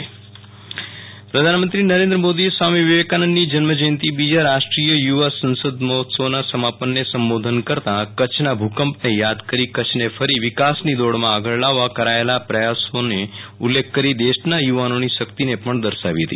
વિરલ રાણા પ્રધાનમંત્રી યુવા મહોત્સવ પ્રધાનમંત્રી નરેન્દ્ર મોદીએ સ્વામી વિવેકાનંદની જન્મજયંતિએ બીજા રાષ્ટ્રીય યુવા સંસંદ મહોત્સવનાં સમાપનને સંબોધન કરતા કરછના ભુકંપને યાદ કરી કરછને ફરી વિકાસની દોડમાં આગળ લાવવા કરાયેલા પ્રયાસોને ઉલ્લેખ કરી દેશના યુવાનોની શક્તિ પણ દર્શાવી હતી